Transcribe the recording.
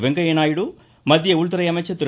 வெங்கய்யநாயுடு மத்திய உள்துறை அமைச்சர் திரு